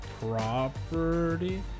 property